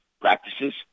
practices